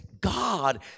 God